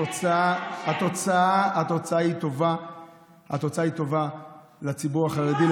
התוצאה טובה לציבור החרדי,